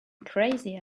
crazy